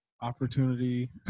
opportunity